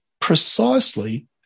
precisely